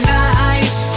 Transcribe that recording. nice